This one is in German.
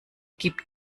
gibt